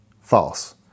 false